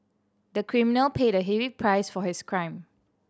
the criminal paid a heavy price for his crime